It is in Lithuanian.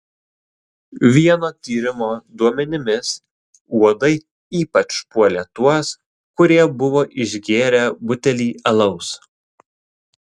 vieno tyrimo duomenimis uodai ypač puolė tuos kurie buvo išgėrę butelį alaus